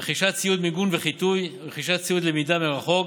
רכישת ציוד מיגון וחיטוי, רכישת ציוד למידה מרחוק